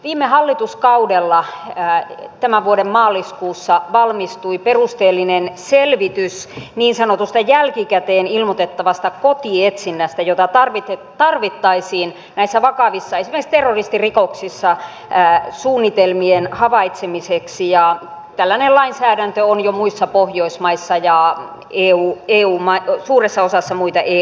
viime hallituskaudella tämän vuoden maaliskuussa valmistui perusteellinen selvitys niin sanotusta jälkikäteen ilmoitettavasta kotietsinnästä jota tarvittaisiin esimerkiksi näissä vakavissa terroristirikoksissa suunnitelmien havaitsemiseksi ja tällainen lainsäädäntö on jo muissa pohjoismaissa ja suuressa osassa muita eu maita